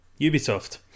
Ubisoft